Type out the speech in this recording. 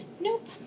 Nope